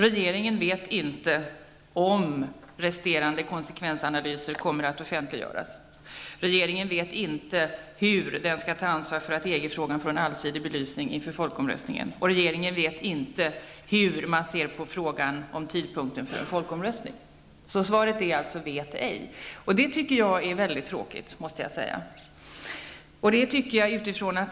Regeringen vet varken om resterande konsekvensanalyser kommer att offentliggöras, hur den skall ta ansvar för att EG-frågan får en allsidig belysning inför folkomröstningen eller hur man ser på frågan om tidpunkten för en folkomröstning. Svaret är alltså ''vet ej''. Jag måste säga att jag tycker att det är väldigt tråkigt.